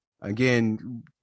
again